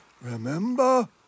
remember